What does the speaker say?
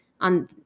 on